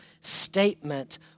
statement